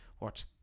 watch